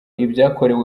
ibyakorewe